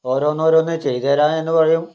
ഓരോന്നോരോന്ന് ചെയ്തു തരാം എന്നു പറയും